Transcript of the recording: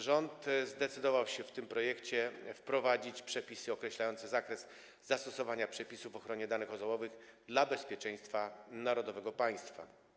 Rząd zdecydował się w tym projekcie wprowadzić przepisy określające zakres zastosowania przepisów o ochronie danych osobowych dla bezpieczeństwa narodowego państwa.